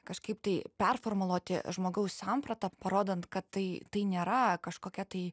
kažkaip tai performuluoti žmogaus sampratą parodant kad tai tai nėra kažkokia tai